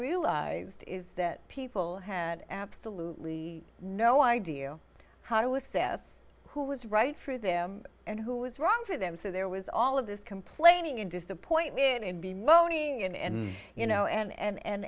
realized is that people had absolutely no idea how to assess who was right for them and who was wrong for them so there was all of this complaining and disappointed and be moaning and you know and